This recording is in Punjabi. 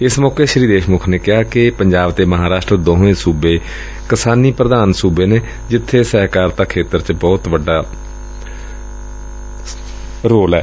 ਇਸ ਮੌਕੇ ਸ੍ੀ ਦੇਸ਼ਮੁੱਖ ਨੇ ਕਿਹਾ ਕਿ ਪੰਜਾਬ ਤੇ ਮਹਾਂਰਾਸ਼ਟਰ ਦੋਵੇਂ ਸੁਬੇ ਕਿਸਾਨੀ ਪ੍ਰਧਾਨ ਵਾਲੇ ਨੇ ਜਿੱਥੇ ਸਹਿਕਾਰਤਾ ਖੇਤਰ ਦਾ ਬਹੁਤ ਵੱਡਾ ਰੋਲ ਏ